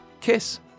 Kiss